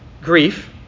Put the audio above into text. grief